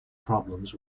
problems